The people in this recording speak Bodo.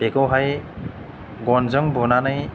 बेखौहाय गनजों बुनानै